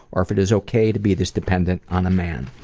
or if it is okay to be this dependent on a man.